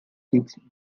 fixed